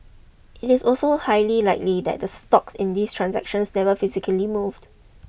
it is also highly likely that the stocks in these transactions never physically moved